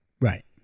Right